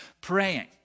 praying